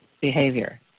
behavior